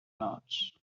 nods